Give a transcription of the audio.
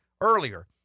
earlier